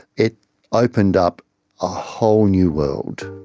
it opened up a whole new world,